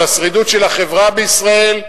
על השרידות של החברה בישראל,